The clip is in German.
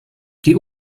die